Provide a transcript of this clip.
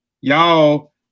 Y'all